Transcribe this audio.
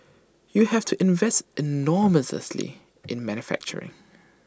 you have to invest enormously in manufacturing